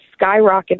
skyrocketed